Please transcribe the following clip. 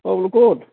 অঁ বোলো ক'ত